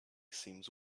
seems